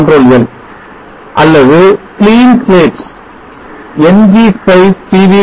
ctrl L அல்லது clean slate ng spice pv